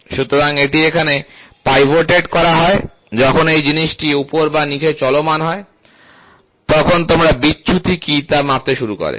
সুতরাং এটি এখানে পাইভোটেড করা হয় যখন এই জিনিসটি উপরে বা নীচে চলমান হয় তখন তোমরা বিচ্যুতি কী তা মাপতে শুরু করতে পার